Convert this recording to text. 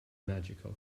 magical